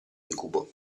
incubo